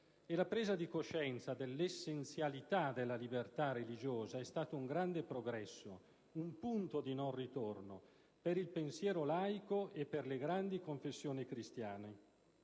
E la presa di coscienza dell'essenzialità della libertà religiosa è stato un grande progresso, un punto di non ritorno per il pensiero laico e per le grandi confessioni cristiane,